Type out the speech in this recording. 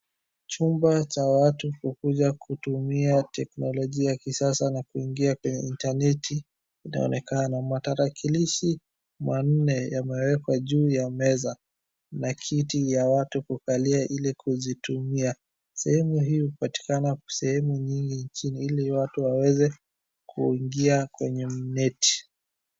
Chumba cha watu kukuja kutumia teknolojia ya kisasa na kuingia kwenye intaneti inaonekana, matarakilishi manne yamewekwa juu ya meza na kiti ya watu kukalia ili kuzitumia. Sehemu hii hupatikana sehemu nyingi nchini ili watu waweze kuingia kwenye mneti.